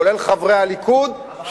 כולל חברי הליכוד,